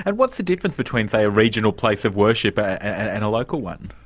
and what's the difference between, say, a regional place of worship and a local one?